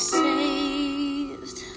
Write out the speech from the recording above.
saved